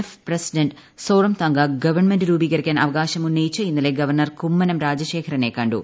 F president Zoramthanga government രൂപീകരിക്കാൻ അവകാശം ഉന്നയിച്ച് ഇന്നലെ ഗവർണർ കുമ്മനം രാജശേഖരനെ കണ്ടു